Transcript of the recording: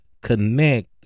connect